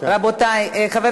חבר